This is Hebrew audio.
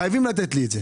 חייבים לתת לי את זה